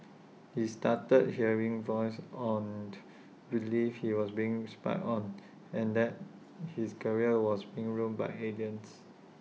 he started hearing voices on believed he was being read spied on and that his career was being ruined by aliens